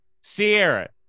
Sierra